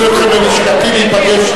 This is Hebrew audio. אני מזמין אתכם ללשכתי להיפגש.